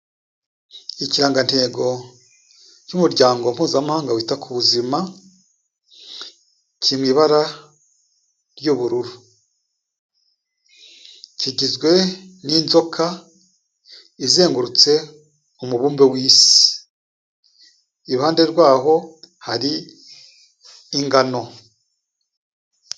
Ikirangantego cy'umuryango Mpuzamahanga wita ku buzima, kiri mu ibara ry'ubururu, kigizwe n'inzoka izengurutse umubumbe w'Isi, iruhande rwaho hari ingano.